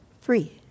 free